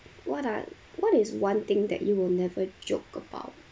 what are what is one thing that you will never joke about